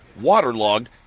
waterlogged